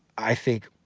i think,